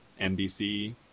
NBC